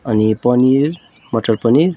अनि पनिर मटर पनिर